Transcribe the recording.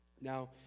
Now